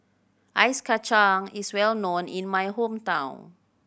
Ice Kachang is well known in my hometown